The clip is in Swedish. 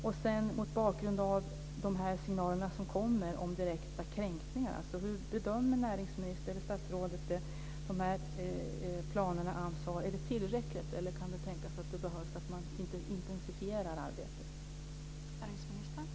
Och hur bedömer, mot bakgrund av de signaler som kommer om direkta kränkningar, näringsministern de planer som AMS har? Är det tillräckligt eller kan det tänkas att det behövs att man intensifierar arbetet?